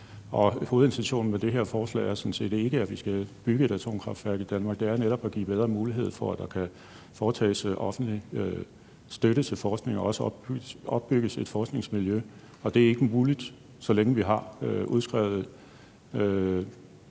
hovedintentionen med det her forslag er sådan set ikke, at vi skal bygge et atomkraftværk i Danmark; det er netop at give bedre mulighed for, at der kan gives offentlig støtte til forskning i det og også kan opbygges et forskningsmiljø. Og det er ikke muligt, så længe atomkraft er skrevet